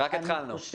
רק התחלנו.